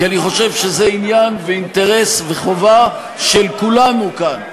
כי אני חושב שזה עניין ואינטרס וחובה של כולנו כאן.